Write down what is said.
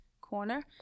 corner